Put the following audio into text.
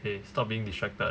okay stop being distracted